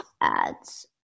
ads